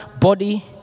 body